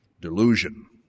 delusion